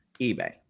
eBay